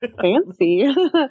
Fancy